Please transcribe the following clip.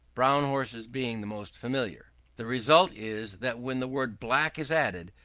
brown horses being the most familiar. the result is that when the word black is added,